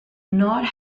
not